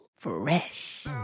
Fresh